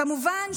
כמובן,